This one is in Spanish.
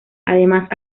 además